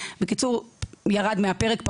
בקיצור ירד מהפרק,